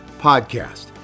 podcast